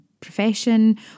Profession